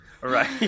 Right